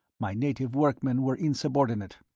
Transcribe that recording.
my native workmen were insubordinate.